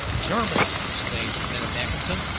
germans! exclaimed lieutenant mackinson.